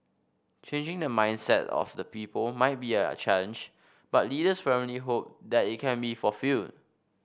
changing the mindset of the people might be a challenge but leaders firmly hope that it can be fulfilled